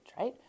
right